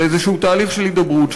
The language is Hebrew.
לאיזה תהליך של הידברות,